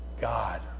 God